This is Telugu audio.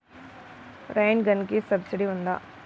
రైన్ గన్కి సబ్సిడీ ఉందా?